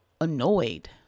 annoyed